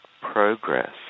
progress